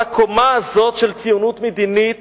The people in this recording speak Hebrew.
על הקומה הזאת של ציונות מדינית